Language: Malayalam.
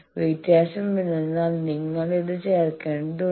വ്യത്യാസമെന്തെന്നാൽ നിങ്ങൾ ഇത് ചേർക്കേണ്ടതുണ്ട്